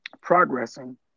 progressing